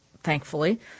thankfully